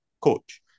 coach